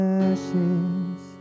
ashes